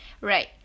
right